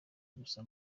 gusa